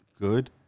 good